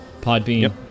podbean